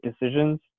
decisions